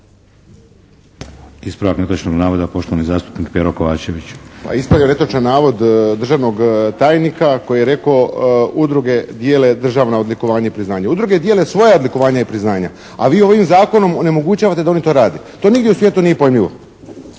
ispravljam netočan navod državnog tajnika koji je rekao: "Udruge dijele državna odlikovanja i priznanja." Udruge dijele svoja odlikovanja i priznanja, a vi ovim Zakonom onemogućavate da oni to rade. To nigdje u svijetu nije pojmljivo.